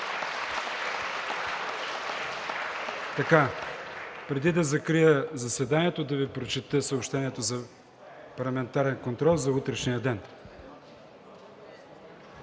Преди да закрия заседанието, да Ви прочета съобщението за парламентарен контрол за утрешния ден.